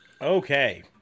Okay